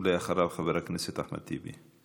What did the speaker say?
אחריו, חבר הכנסת אחמד טיבי.